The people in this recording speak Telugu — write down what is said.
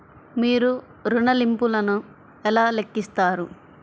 మీరు ఋణ ల్లింపులను ఎలా లెక్కిస్తారు?